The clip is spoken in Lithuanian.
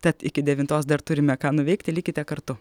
tad iki devintos dar turime ką nuveikti likite kartu